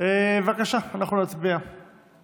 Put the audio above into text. בוועדת הכלכלה, אנחנו מדברים על תעסוקה.